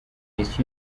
miss